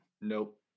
Nope